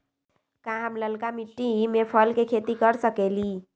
का हम लालका मिट्टी में फल के खेती कर सकेली?